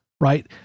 right